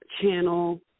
channel